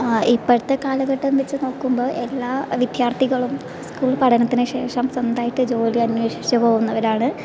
ഇപ്പൊഴത്തെ കാലഘട്ടം വച്ചുനോക്കുമ്പോൾ എല്ലാ വിദ്യാർത്ഥികളും സ്കൂൾ പഠനത്തിനുശേഷം സ്വന്തമായിട്ട് ജോലി അന്വേഷിച്ചു പോകുന്നവരാണ്